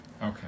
Okay